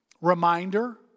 reminder